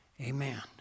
Amen